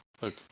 Look